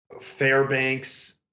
Fairbanks